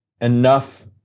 enough